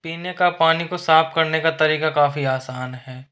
पीने का पानी को साफ़ करने का तरीका काफ़ी आसान है